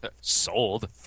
Sold